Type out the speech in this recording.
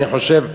אני חושב,